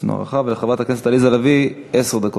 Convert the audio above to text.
עשינו הארכה, ולחברת הכנסת עליזה לביא, עשר דקות.